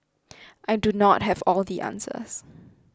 I do not have all the answers